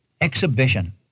exhibition